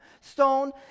stone